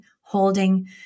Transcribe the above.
holding